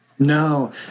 No